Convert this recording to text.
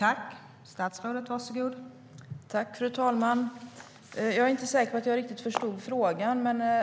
Fru talman! Jag är inte riktigt säker på att jag förstod frågan.